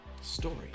story